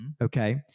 okay